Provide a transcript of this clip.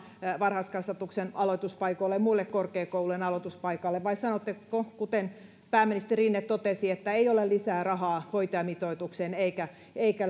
varhaiskasvatuksen aloituspaikoille ja muille korkeakoulujen aloituspaikoille vai sanotteko kuten pääministeri rinne totesi että ei ole lisää rahaa hoitajamitoitukseen eikä